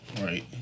Right